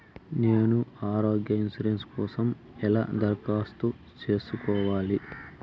నేను ఆరోగ్య ఇన్సూరెన్సు కోసం ఎలా దరఖాస్తు సేసుకోవాలి